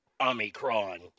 Omicron